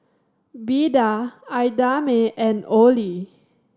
Beda Idamae and Olie